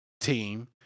team